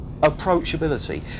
Approachability